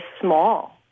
small